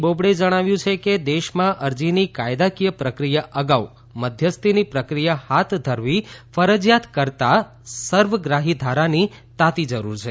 બોબડેએ જણાવ્યું છે કે દેશમાં અરજીની કાયદાકીય પ્રકિયા અગાઉ મધ્યસ્થીની પ્રક્રિયા હાથ ધરવી ફરજીયાત કરતાં સર્વગ્રાહી ધારાની તાતી જરૂર છે